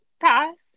past